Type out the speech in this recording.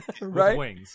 Right